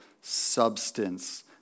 substance